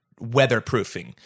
weatherproofing